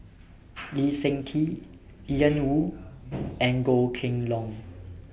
Lee Seng Tee Ian Woo and Goh Kheng Long